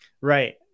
Right